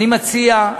אני מציע,